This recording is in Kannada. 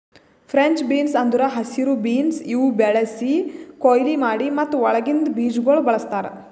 ಫ್ರೆಂಚ್ ಬೀನ್ಸ್ ಅಂದುರ್ ಹಸಿರು ಬೀನ್ಸ್ ಇವು ಬೆಳಿಸಿ, ಕೊಯ್ಲಿ ಮಾಡಿ ಮತ್ತ ಒಳಗಿಂದ್ ಬೀಜಗೊಳ್ ಬಳ್ಸತಾರ್